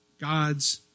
God's